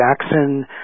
Jackson